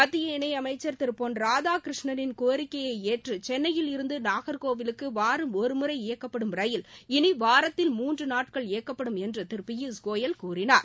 மத்திய இணை அமைச்சர் திரு பொன் ராதாகிருஷ்ணனின் கோரிக்கை ஏற்று சென்னையில் இருந்து நாகர்கோவிலுக்கு வாரம் ஒரு முறை இயக்கப்படும் ரயில் இனி வாரத்தில் மூன்று நாட்கள் இயக்கப்படும் என்று திரு பியூஷ்யோல் கூறினார்